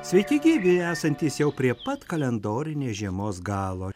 sveiki gyvi esantys jau prie pat kalendorinės žiemos galo